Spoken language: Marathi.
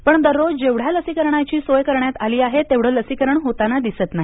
पण दररोज जेवढ्या लसीकरणाची सोय करण्यात आली आहे तेवढं लसीकरण होताना दिसत नाही